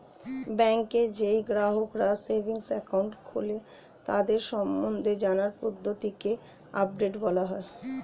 ব্যাংকে যেই গ্রাহকরা সেভিংস একাউন্ট খোলে তাদের সম্বন্ধে জানার পদ্ধতিকে আপডেট বলা হয়